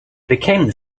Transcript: became